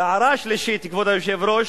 והערה שלישית, כבוד היושב-ראש: